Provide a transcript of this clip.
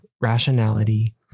rationality